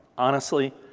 honestly,